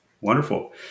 Wonderful